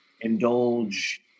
indulge